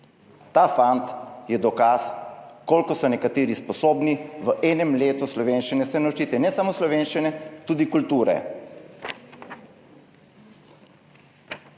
Ta fant je dokaz, koliko so se nekateri sposobni v enem letu slovenščine naučiti, in ne samo slovenščine, tudi kulture.